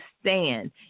stand